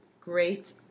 great